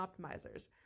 optimizers